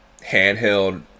handheld